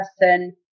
person